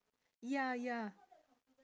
ya ya